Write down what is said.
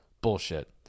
bullshit